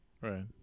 Right